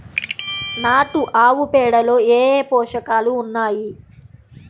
నాటు ఆవుపేడలో ఏ ఏ పోషకాలు ఉన్నాయి?